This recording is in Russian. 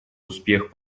успех